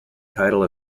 title